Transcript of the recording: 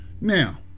Now